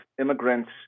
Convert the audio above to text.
immigrants